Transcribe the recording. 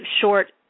short